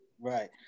Right